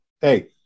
hey